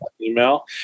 email